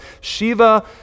Shiva